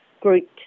group